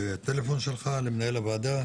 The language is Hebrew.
בטלפון שלך למנהל הוועדה